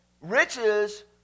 riches